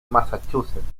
massachusetts